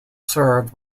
served